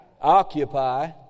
Occupy